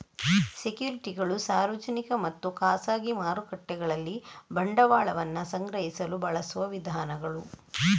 ಸೆಕ್ಯುರಿಟಿಗಳು ಸಾರ್ವಜನಿಕ ಮತ್ತು ಖಾಸಗಿ ಮಾರುಕಟ್ಟೆಗಳಲ್ಲಿ ಬಂಡವಾಳವನ್ನ ಸಂಗ್ರಹಿಸಲು ಬಳಸುವ ವಿಧಾನಗಳು